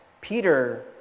Peter